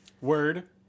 word